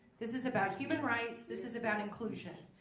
this is about human rights. this is about inclusion.